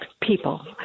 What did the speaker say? People